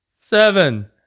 seven